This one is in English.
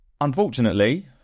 Unfortunately